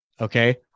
Okay